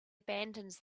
abandons